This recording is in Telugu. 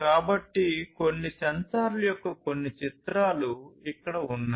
కాబట్టి కొన్ని సెన్సార్ల యొక్క కొన్ని చిత్రాలు ఇక్కడ ఉన్నాయి